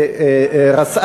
ובאסל,